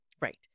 Right